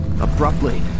Abruptly